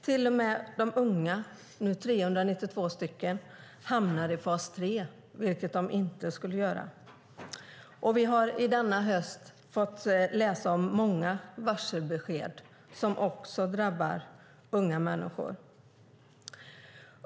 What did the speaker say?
Till och med unga - nu 392 stycken - hamnar i fas 3, vilket det inte var tänkt att de skulle göra. Vi har i denna höst fått läsa om många varselbesked som också drabbar unga människor.